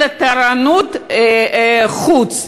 אלא תורנות חוץ.